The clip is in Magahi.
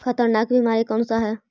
खतरनाक बीमारी कौन सा है?